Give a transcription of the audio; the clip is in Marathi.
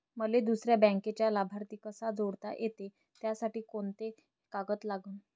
मले दुसऱ्या बँकेचा लाभार्थी कसा जोडता येते, त्यासाठी कोंते कागद लागन?